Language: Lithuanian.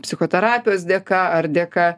psichoterapijos dėka ar dėka